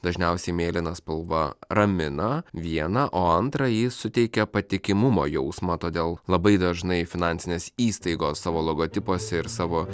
dažniausiai mėlyna spalva ramina viena o antrą ji suteikia patikimumo jausmą todėl labai dažnai finansinės įstaigos savo logotipas ir savo